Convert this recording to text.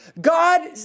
God